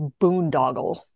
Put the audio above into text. boondoggle